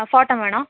ആ ഫോട്ടോ വേണോ